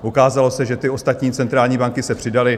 Ukázalo se, že ty ostatní centrální banky se přidaly.